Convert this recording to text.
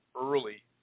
early